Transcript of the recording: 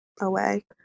away